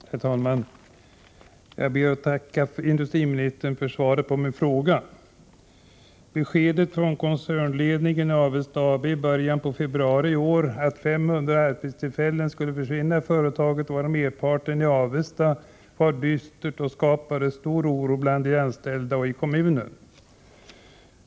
Herr talman! Jag ber att få tacka industriministern för svaret på min fråga. Beskedet från koncernledningen i Avesta AB i början av februari i år att 500 arbetstillfällen skulle försvinna i företaget, varav merparten i Avesta, var dystert och skapade stor oro bland de anställda och i kommunen.